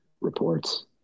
reports